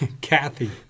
Kathy